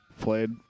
played